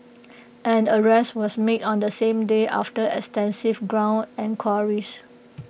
an arrest was made on the same day after extensive ground enquiries